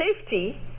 safety